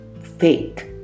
fake